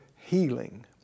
healing